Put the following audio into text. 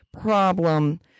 problem